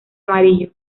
amarillo